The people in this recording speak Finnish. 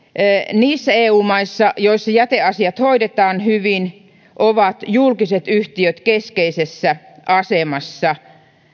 niissä eu maissa joissa jäteasiat hoidetaan hyvin ovat julkiset yhtiöt keskeisessä asemassa